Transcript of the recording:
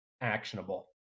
actionable